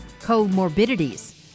comorbidities